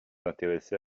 intéresser